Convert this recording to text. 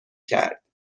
کرد